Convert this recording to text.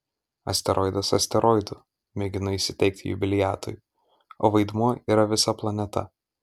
asteroidas asteroidu mėginu įsiteikti jubiliatui o vaidmuo yra visa planeta